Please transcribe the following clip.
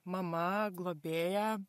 mama globėja